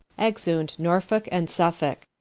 exeunt. norfolke and suffolke.